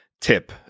tip